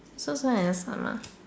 so so not that smart lah